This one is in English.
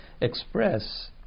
express